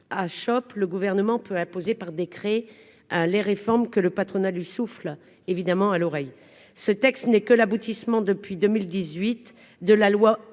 a chope le gouvernement peut imposer par décret les réformes que le patronat, lui souffle évidemment à l'oreille, ce texte n'est que l'aboutissement depuis 2018 de la loi